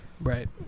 Right